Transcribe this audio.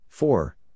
Four